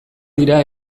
dira